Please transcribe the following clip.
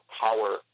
power